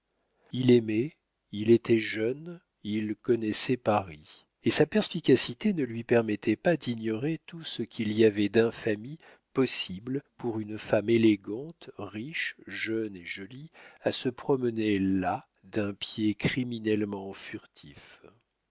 il aimait il était jeune il connaissait paris et sa perspicacité ne lui permettait pas d'ignorer tout ce qu'il y avait d'infamie possible pour une femme élégante riche jeune et jolie à se promener là d'un pied criminellement furtif